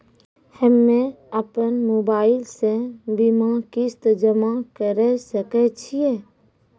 हम्मे अपन मोबाइल से बीमा किस्त जमा करें सकय छियै?